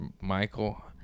Michael